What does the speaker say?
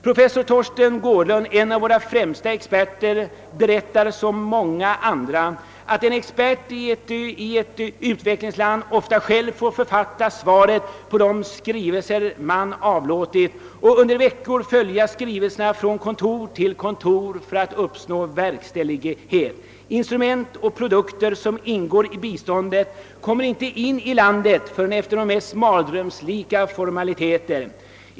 Professor Torsten Gårdlund, en av våra främsta experter, berättar som många andra att en expert i ett u-land själv ofta måste författa svaret på de skrivelser som avlåtits och under veckor följa skrivelserna från kontor till kontor för att uppnå verkställighet. Instrument och produkter som ingår i biståndet kommer inte in i landet förrän efter de mest mardrömsliknande formaliteter.